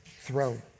throne